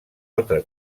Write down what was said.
altra